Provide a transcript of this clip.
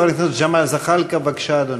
חבר הכנסת ג'מאל זחאלקה, בבקשה, אדוני.